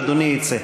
אדוני יצא.